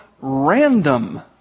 random